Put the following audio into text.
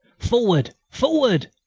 forward! forward!